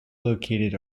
located